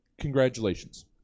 congratulations